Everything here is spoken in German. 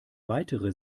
weitere